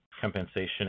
compensation